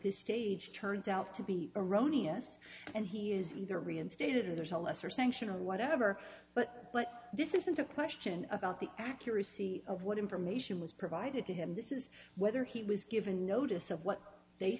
this stage turns out to be erroneous and he is either reinstated or there's a lesser sanction or whatever but but this isn't a question about the accuracy of what information was provided to him this is whether he was given notice of what they